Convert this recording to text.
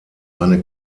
eine